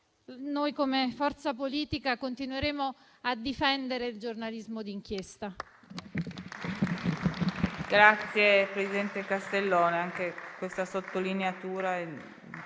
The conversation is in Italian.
noi, come forza politica, continueremo a difendere il giornalismo di inchiesta.